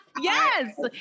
Yes